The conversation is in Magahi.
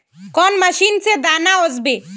कौन मशीन से दाना ओसबे?